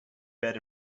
bed